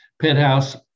penthouse